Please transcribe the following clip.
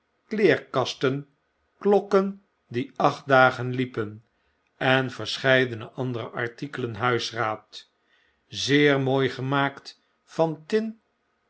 kleerkasten klokken die acht dagen liepen en verscbeidene andere artikelen huisraad zeer mooi gemaakt van